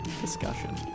discussion